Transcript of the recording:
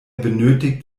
benötigt